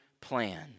plan